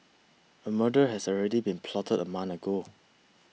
a murder has already been plotted a month ago